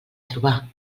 trobar